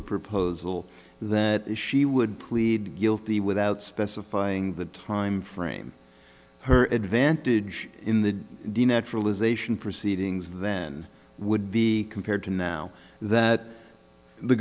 a proposal that she would plead guilty without specifying the time frame her advantage in the naturalization proceedings then would be compared to now that the